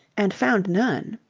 and found none.